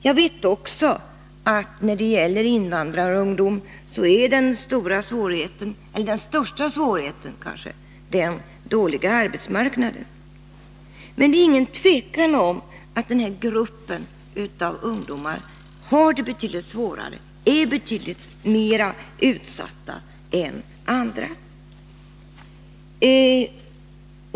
Jag vet också att när det gäller invandrarungdomen är den kanske största svårigheten den dåliga arbetsmarknaden. Det råder inget tvivel om att den här gruppen av ungdomar har det betydligt svårare och är betydligt mer utsatt än andra.